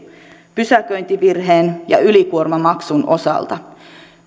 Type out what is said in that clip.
pysäköintivirheen ja ylikuormamaksun osalta